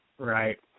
Right